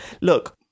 Look